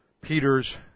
Peter's